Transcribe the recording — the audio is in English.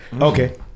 Okay